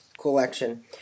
collection